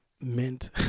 mint